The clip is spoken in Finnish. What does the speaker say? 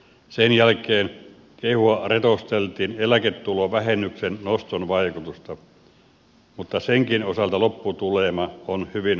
sen jälkeen kehua retosteltiin eläketulovähennyksen noston vaikutusta mutta senkin osalta lopputulema on hyvin karua kerrottavaa